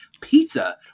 pizza